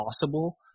possible